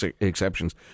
exceptions